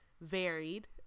varied